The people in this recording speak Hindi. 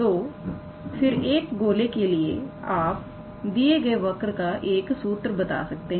तो फिर एक गोले के लिए आप दिए गए वर्क का एक सूत्र बता सकते हैं